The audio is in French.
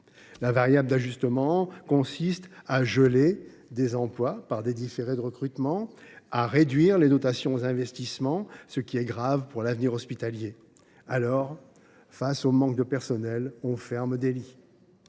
La variable d’ajustement consiste à geler des emplois par des différés de recrutement et à réduire les dotations aux investissements, ce qui est grave pour l’avenir de l’hôpital. Aussi, face au manque de personnel, on ferme des lits.